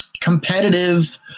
competitive